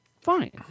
fine